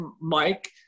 Mike